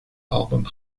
album